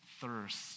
thirst